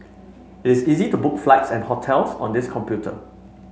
it's easy to book flights and hotels on this computer